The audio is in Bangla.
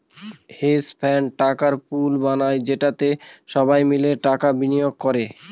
হেজ ফান্ড টাকার পুল বানায় যেটাতে সবাই মিলে টাকা বিনিয়োগ করে